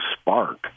spark